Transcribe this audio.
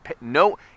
no